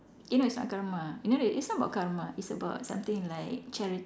eh no it's not karma you know the it's not about karma it's about something like charity